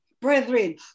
Brethren